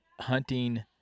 hunting